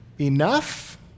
enough